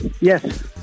Yes